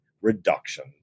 reduction